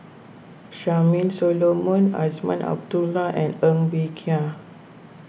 Charmaine Solomon Azman Abdullah and Ng Bee Kia